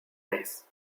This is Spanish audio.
mes